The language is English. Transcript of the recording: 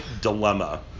dilemma